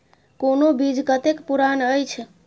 कोनो बीज कतेक पुरान अछि?